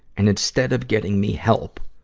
and instead of getting me help,